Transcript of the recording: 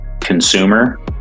consumer